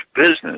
business